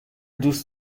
دوست